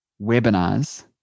webinars